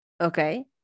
okay